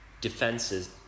defenses